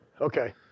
Okay